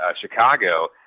Chicago